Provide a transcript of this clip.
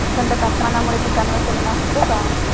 थंड तापमानामुळे पिकांवर परिणाम होतो का?